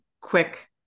quick